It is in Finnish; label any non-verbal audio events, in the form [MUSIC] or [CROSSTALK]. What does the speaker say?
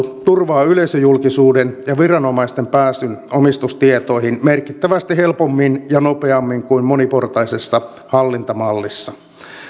[UNINTELLIGIBLE] turvaa yleisöjulkisuuden ja viranomaisten pääsyn omistustietoihin merkittävästi helpommin ja nopeammin kuin moniportaisessa hallintamallissa